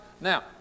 Now